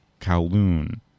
Kowloon